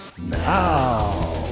now